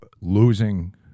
losing